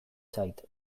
zait